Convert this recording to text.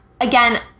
Again